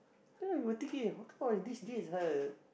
ya how come ah these days ah